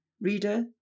Reader